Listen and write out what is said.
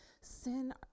sin